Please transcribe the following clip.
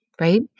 right